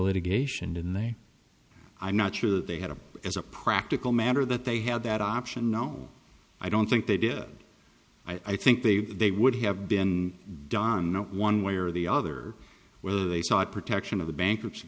litigation in the way i'm not sure that they had a as a practical matter that they had that option no i don't think they did i think they they would have been don know one way or the other whether they sought protection of the bankruptcy